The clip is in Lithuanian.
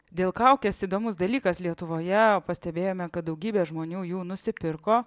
dėl kaukės įdomus dalykas lietuvoje pastebėjome kad daugybė žmonių jų nusipirko